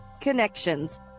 connections